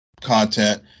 content